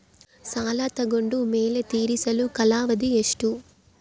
ಸಾಲ ತಗೊಂಡು ಮೇಲೆ ತೇರಿಸಲು ಕಾಲಾವಧಿ ಎಷ್ಟು?